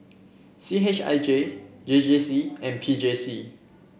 C H I J J J C and P J C